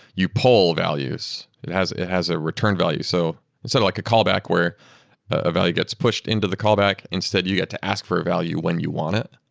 you pull values. it has it has a return value. so instead of like a callback where a value gets pushed into the callback, instead you get to ask for a value when you want it.